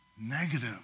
negative